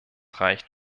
reicht